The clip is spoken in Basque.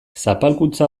zapalkuntza